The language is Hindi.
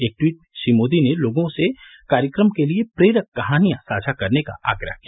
एक ट्वीट में श्री मोदी ने लोगों से कार्यक्रम के लिए प्रेरक कहानियां साझा करने का आग्रह किया